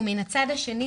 ומן הצד השני